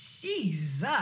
Jesus